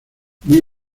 muy